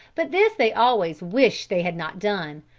but this they always wished they had not done,